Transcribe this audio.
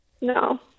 No